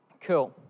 Cool